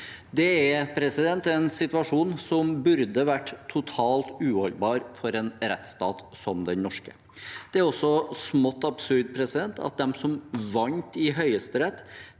Det er en situasjon som burde være totalt uholdbar for en rettsstat som den norske. Det er også smått absurd at de som vant i Høyesterett,